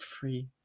free